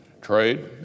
trade